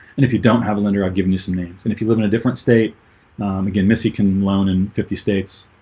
and if you don't have a lender, i've given you some names and if you live in a different state again, missy can loan in fifty states